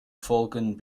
folgend